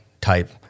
type